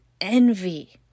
envy